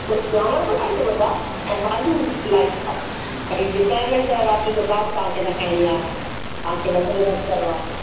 चांवर बि खाई सघो था ऐं भाॼियूं लाइट खाओ बई जीअं तरियल शइ राति जो का बि तव्हांखे न खाइणी आहे तव्हांखे वज़नु घटि करिणो आहे